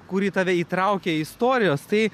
kurį tave įtraukia į istorijas tai